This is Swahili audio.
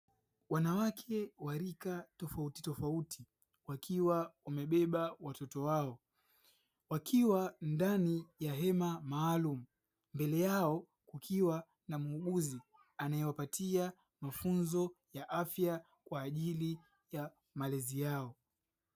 Wanawake wa rika tofautitofauti wakiwa wamebeba watoto wao wakiwa ndani ya hema maalumu mbele yao kukiwa na muuguzi anayewapatia mafunzo ya afya kwa ajili ya malezi yao.